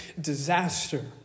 disaster